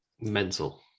mental